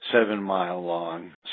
seven-mile-long